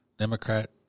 Democrat